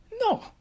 No